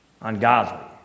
Ungodly